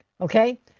Okay